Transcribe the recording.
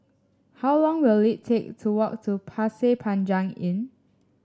how long will it take to walk to Pasir Panjang Inn